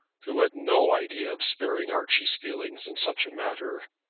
who had no idea of sparing archie's feelings in such a matter.